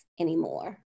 anymore